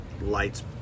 lights